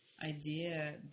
idea